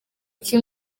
iki